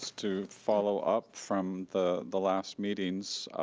to follow up from the the last meetings,